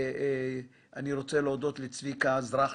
אני רוצה להודות לצביקה זרחיה,